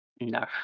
No